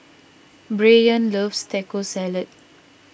Brayan loves Taco Salad